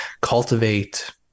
cultivate